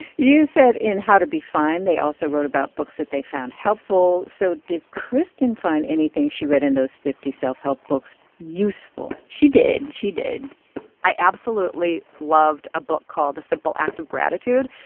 you said in how to be fine, they also wrote about books that they found helpful. so did kristen find anything she in those fifty self-help books useful? she did. she did i absolutely loved a book called a simple act of gratitude.